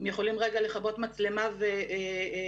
הם יכולים רגע לכבות מצלמה ולזוז,